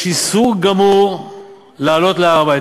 יש איסור גמור לעלות להר-הבית.